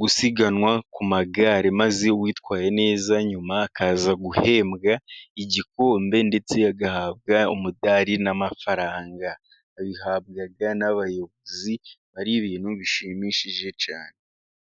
gusiganwa ku magare, maze uwitwaye neza nyuma akaza guhembwa igikombe, ndetse agahabwa umudali n'amafaranga. Abihabwa n'abayobozi, aba ari ibintu bishimishije cyane.